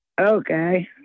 Okay